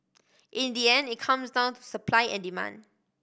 in the end it comes down to supply and demand